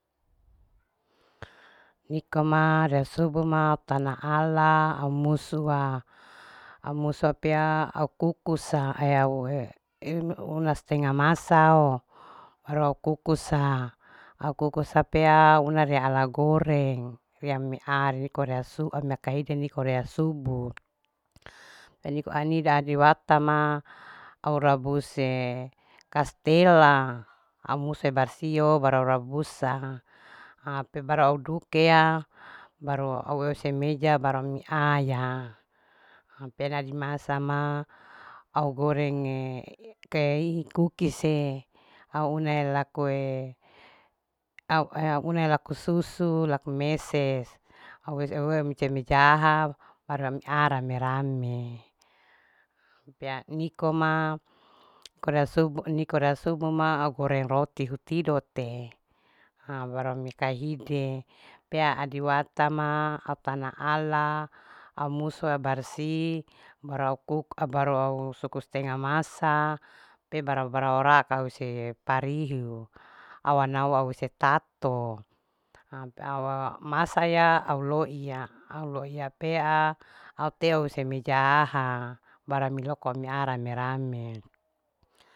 Niko ma re subu ma au tana ala. au musua. au musua pea au kukusa eyau inu una stenga amasao roou kukusa au kukusa pea au una re ala goreng pea mia ari riko rea suua maka mekaniko rea subu au niko anida au watama au rabuse kastelaa au muse barsio baru aura rabusa ha pe baru au dukea baru au use meja baru ami aya au peena dimasa maa au gorenge keei kukise au une lakue aue au une laku susu laku meses auwes uwe meja mejaha baru mia rame. rame pea niko ma kore a subu niko ra subu ma au goreng roti hutido te ha baru au mika hide pea adi watama au tana ala au mua au barsih baru au kuku baru au kukus stenga masa pea barau baru au raka huse pariu au wana au huse tato hm au masa ya au loiya. au loiya pea au tehuse mejahaha baru amilo amia rame. rame